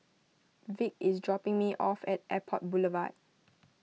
Vick is dropping me off at Airport Boulevard